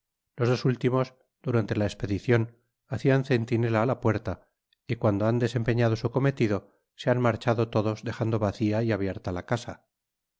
los dos últimos durante la espedicion hacían centinela á la puerta y cuando han desempeñado su cometido se han marchado todos dejando vacía y abierta la casa